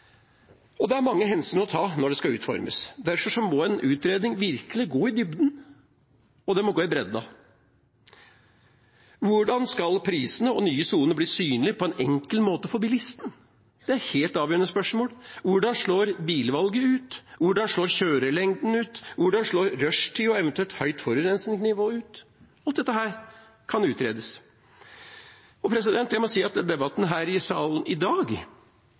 Det er mange hensyn å ta når det skal utformes. Derfor må en utredning virkelig gå i dybden, og den må gå i bredden: Hvordan skal prisene og nye soner bli synlige på en enkel måte for bilistene? Det er et helt avgjørende spørsmål. Hvordan slår bilvalget ut? Hvordan slår kjørelengden ut? Hvordan slår rushtid og eventuelt høyt forurensningsnivå ut? Alt dette kan utredes. Jeg må si at debatten her i salen i dag